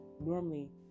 normally